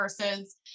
versus